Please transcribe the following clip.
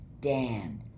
dan